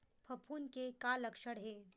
फफूंद के का लक्षण हे?